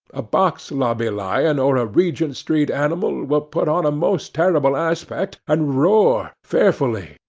a box-lobby lion or a regent-street animal will put on a most terrible aspect, and roar, fearfully,